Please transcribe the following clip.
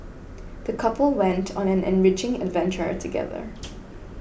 the couple went on an enriching adventure together